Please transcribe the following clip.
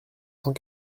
cent